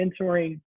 mentoring